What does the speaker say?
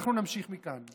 אנחנו נמשיך מכאן.